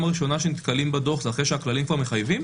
הראשונה שנתקלים בדוח זה אחרי שהכללים מחייבים?